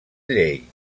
llei